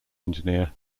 engineer